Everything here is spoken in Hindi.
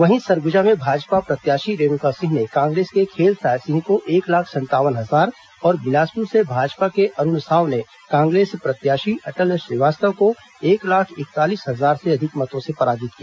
वहीं सरगुजा में भाजपा प्रत्याशी रेणुका सिंह ने कांग्रेस के खेलसाय सिंह को एक लाख संतावन हजार और बिलासपुर से भाजपा के अरूण साव ने कांग्रेस प्रत्याशी अटल श्रीवास्तव को एक लाख इकतालीस हजार से अधिक मतों से पराजित किया